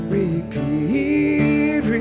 repeat